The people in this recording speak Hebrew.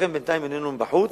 לכן בינתיים מינינו מבחוץ.